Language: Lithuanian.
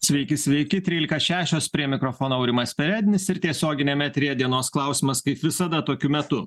sveiki sveiki trylika šešios prie mikrofono aurimas perednis ir tiesioginiame eteryje dienos klausimas kaip visada tokiu metu